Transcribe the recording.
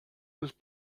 was